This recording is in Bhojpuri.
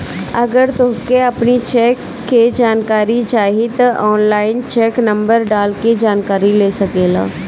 अगर तोहके अपनी चेक के जानकारी चाही तअ ऑनलाइन चेक नंबर डाल के जानकरी ले सकेला